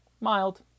Mild